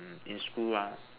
in school lah